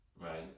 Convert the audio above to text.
Right